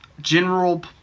general